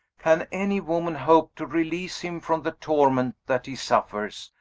can any woman hope to release him from the torment that he suffers,